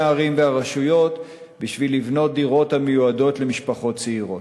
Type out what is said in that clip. הערים והרשויות בשביל לבנות דירות המיועדות למשפחות צעירות?